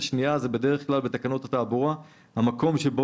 בדרך כלל בתקנות התעבורה התוספת השנייה היא המקום שבו